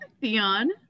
Theon